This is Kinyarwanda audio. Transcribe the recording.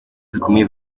zikomeye